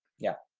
yeah.